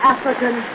African